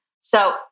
So-